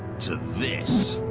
to this.